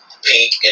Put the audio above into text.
Pink